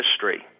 history